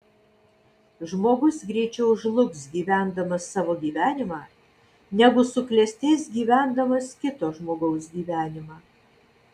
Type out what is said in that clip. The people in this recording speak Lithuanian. žmogus greičiau žlugs gyvendamas savo gyvenimą negu suklestės gyvendamas kito žmogaus gyvenimą